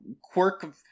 quirk